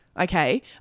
okay